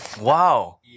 Wow